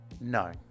No